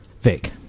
Vic